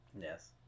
Yes